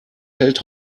hält